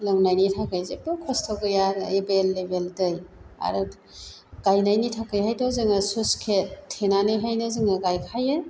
लोंनायनि थाखाय जेबो खस्थ' गैया एभेलेबेल दै आरो गायनायनि थाखायहायथ' जोङो स्लुइस गेट थेनानैहायनो जोङो गायखायो